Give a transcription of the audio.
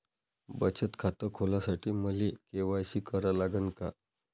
बचत खात खोलासाठी मले के.वाय.सी करा लागन का?